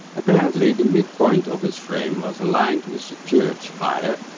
apparently, the midpoint of his frame was aligned with so church spire,